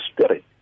spirit